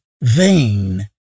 vain